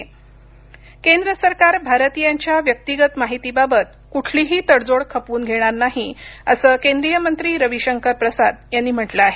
प्रसाद केंद्र सरकार भारतीयांच्या व्यक्तिगत माहितीबाबत कुठलीही तडजोड खपवून घेणार नाही असं केंद्रीय मंत्री रविशंकर प्रसाद यांनी म्हटलं आहे